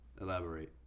elaborate